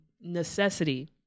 necessity